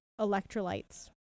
electrolytes